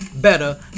better